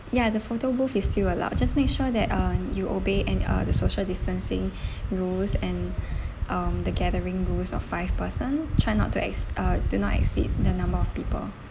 ya the photo booth is still allowed just make sure that uh you obey and uh the social distancing rules and um the gathering rules of five person try not to ex~ uh do not exceed the number of people